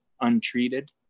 untreated